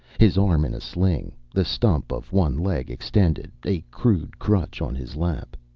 his arm in a sling, the stump of one leg extended, a crude crutch on his lap.